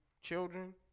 children